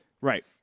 Right